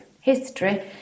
History